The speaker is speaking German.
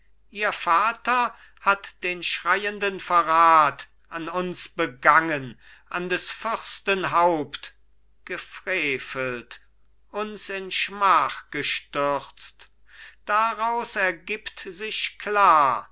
ihr vater hat den schreienden verrat an uns begangen an des fürsten haupt gefrevelt uns in schmach gestürzt daraus ergibt sich klar